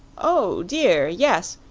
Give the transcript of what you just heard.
oh, dear, yes,